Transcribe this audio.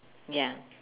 ya